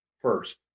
first